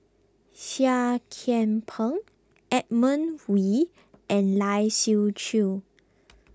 Seah Kian Peng Edmund Wee and Lai Siu Chiu